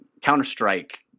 counter-strike